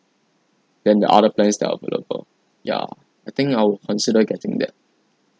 than the other plans that are available ya I think I will consider getting that